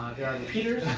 there are repeaters.